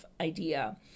idea